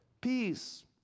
peace